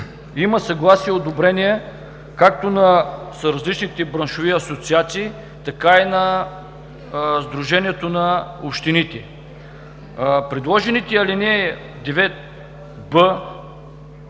има съгласие и одобрение както на различните браншови асоциации, така и на Сдружението на общините. В чл. 9б ал. 3,